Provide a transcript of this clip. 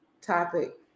topic